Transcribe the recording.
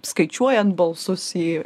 skaičiuojant balsus į